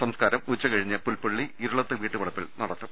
സംസ്ക്കാരം ഉച്ചകഴിഞ്ഞ് പുൽപ്പള്ളി ഇരുളത്ത് വീട്ടുവളപ്പിൽ നടക്കും